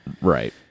Right